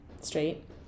straight